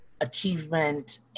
achievement